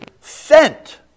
sent